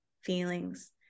feelings